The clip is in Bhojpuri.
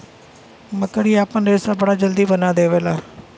मकड़ी आपन रेशा बड़ा जल्दी बना देवला